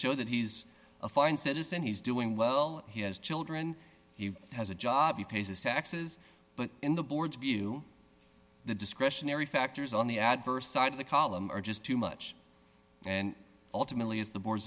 show that he's a fine citizen he's doing well he has children he has a job he pays his taxes but in the board's view the discretionary factors on the adverse side of the column are just too much and ultimately is the board